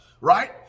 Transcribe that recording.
Right